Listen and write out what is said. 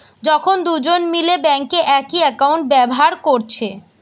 যখন দুজন মিলে বেঙ্কে একই একাউন্ট ব্যাভার কোরছে